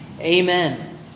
amen